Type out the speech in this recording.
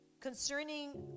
Concerning